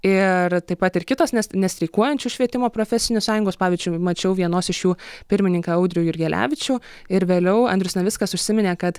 ir taip pat ir kitos ne nestreikuojančių švietimo profesinės sąjungos pavyzdžiui mačiau vienos iš jų pirmininką audrių jurgelevičių ir vėliau andrius navickas užsiminė kad